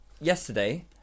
yesterday